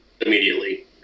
immediately